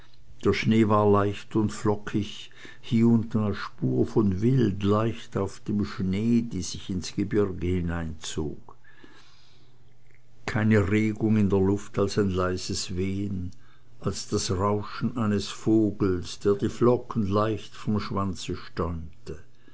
der schnee war leicht und flockig hie und da spur von wild leicht auf dem schnee die sich ins gebirg hinzog keine regung in der luft als ein leises wehen als das rauschen eines vogels der die flocken leicht vom schwanze